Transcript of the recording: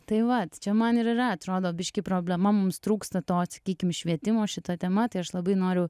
tai vat čia man ir yra atrodo biškį problema mums trūksta to sakykim švietimo šita tema tai aš labai noriu